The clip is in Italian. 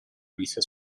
venisse